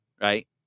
right